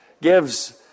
gives